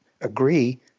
agree